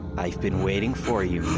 i've been waiting for you,